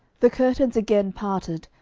the curtains again parted,